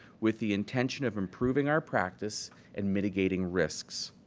with the intention of improving our practise and mitigating risks.